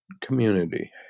community